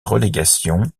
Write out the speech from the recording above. relégation